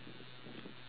okay